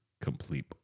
complete